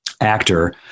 actor